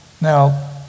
Now